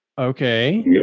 Okay